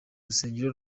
rusengero